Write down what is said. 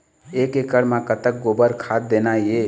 एक एकड़ म कतक गोबर खाद देना ये?